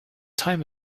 time